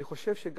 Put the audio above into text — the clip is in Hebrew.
אני חושב שחוץ